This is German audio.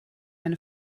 eine